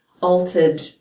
altered